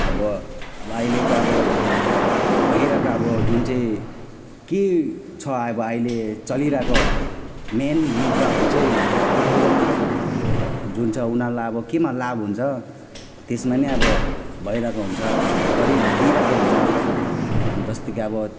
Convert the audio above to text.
अब अहिलेको अब भइरहेको अब जुन चाहिँ के छ अब अहिले चलिरहेको मेन मुद्दाहरू चाहिँ उठाउँदैन अब जुन चाहिँ अब उनीहरूलाई अब केमा लाभ हुन्छ त्यसमा नै अब भइरहेको हुन्छ गरिदिइरहेको हुन्छ जस्तै कि अब